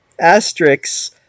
Asterix